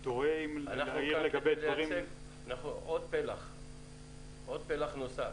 אנחנו כאן פלח נוסף.